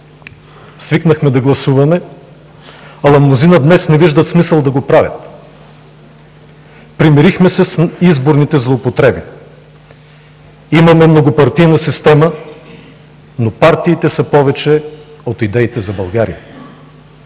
Свикнахме да гласуваме, ала мнозина днес не виждат смисъл да го правят. Примирихме се с изборните злоупотреби. Имаме многопартийна система, но партиите са повече от идеите за България.